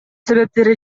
себептери